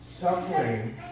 Suffering